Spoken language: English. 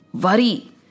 worry